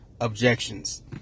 objections